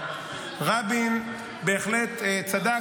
רבין בהחלט צדק,